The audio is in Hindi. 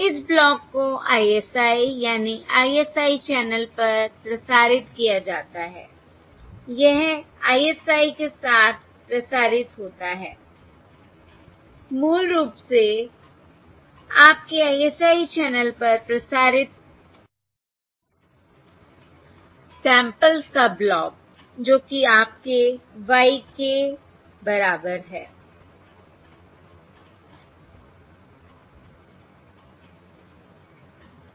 इस ब्लॉक को ISI यानी ISI चैनल पर प्रसारित किया जाता है यह ISI के साथ प्रसारित होता है मूल रूप से आपके ISI चैनल पर प्रसारित सैंपल्स का ब्लॉक जो कि आपके y k बराबर है